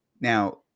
now